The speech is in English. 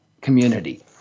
community